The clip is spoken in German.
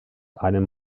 einem